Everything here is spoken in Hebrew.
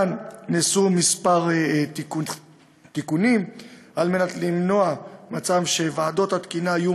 נעשו כאן כמה תיקונים על מנת למנוע מצב שוועדות התקינה יהיו